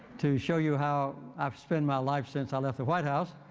to show you how i've spent my life since i left the white house.